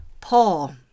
Paul